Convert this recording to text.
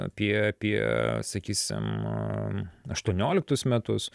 apie apie sakysim aštuonioliktus metus